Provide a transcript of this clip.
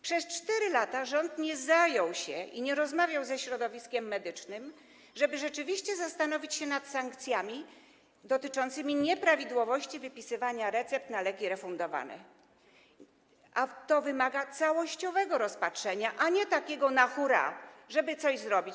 Przez 4 lata rząd nie zajął się tym i nie rozmawiał ze środowiskiem medycznym, żeby rzeczywiście zastanowić się nad sankcjami dotyczącymi nieprawidłowości w wypisywaniu recept na leki refundowane, a to wymaga całościowego rozpatrzenia, a nie takiego na hurra, żeby coś zrobić.